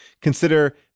Consider